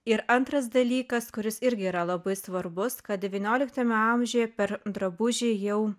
ir antras dalykas kuris irgi yra labai svarbus kad devynioliktame amžiuje per drabužį jau